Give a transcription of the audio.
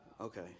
Okay